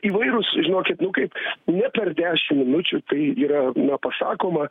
įvairūs žinokit nu kaip ne per dešim minučių tai yra pasakoma